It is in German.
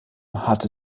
hatte